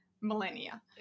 millennia